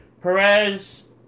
Perez